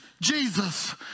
Jesus